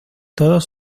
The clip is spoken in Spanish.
todos